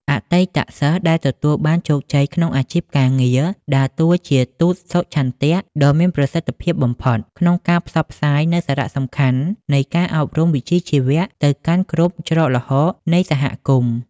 អតីតសិស្សដែលទទួលបានជោគជ័យក្នុងអាជីពការងារ ដើរតួជាទូតសុឆន្ទៈដ៏មានប្រសិទ្ធភាពបំផុត ក្នុងការផ្សព្វផ្សាយនូវសារៈសំខាន់នៃការអប់រំវិជ្ជាជីវៈទៅកាន់គ្រប់ច្រកល្ហកនៃសហគមន៍។